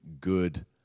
good